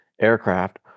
aircraft